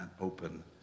open